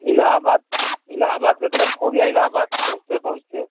इलहाबाद इलहाबाद के तरफ खो गया इलहाबाद पहचते पहुँचते